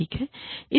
ठीक है